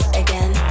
again